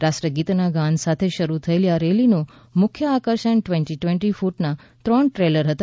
રાષ્ટ્રગીતના ગાન સાથે શરૂ થયેલી આ રેલીનું મુખ્ય આકર્ષણ વીસ વીસ ફૂટના ત્રણ ટ્રેલર હતા